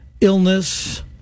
illness